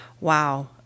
wow